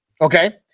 okay